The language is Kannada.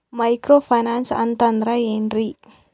ಮೈಕ್ರೋ ಫೈನಾನ್ಸ್ ಅಂತಂದ್ರ ಏನ್ರೀ?